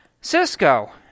Cisco